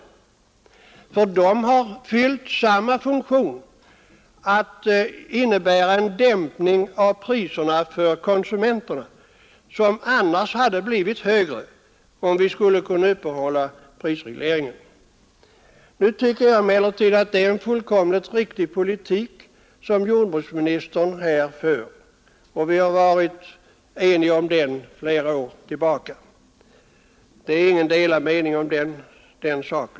De har nämligen fyllt samma funktion att verka som en dämpning av konsumentpriserna, vilka annars hade blivit högre. Jag tycker emellertid att det är en helt riktig politik som jordbruksministern för; vi har varit eniga om den.